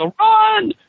run